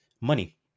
money